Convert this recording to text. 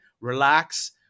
Relax